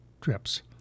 trips